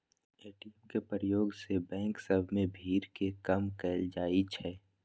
ATM के प्रयोग से बैंक सभ में भीड़ के कम कएल जाइ छै